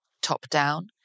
top-down